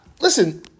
Listen